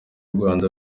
rwanda